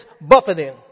buffeting